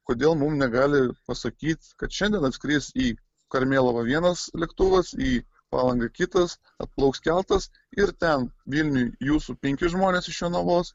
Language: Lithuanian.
kodėl mum negali pasakyt kad šiandien atskris į karmėlavą vienas lėktuvas į palangą kitas atplauks keltas ir ten vilniuj jūsų penki žmonės iš jonavos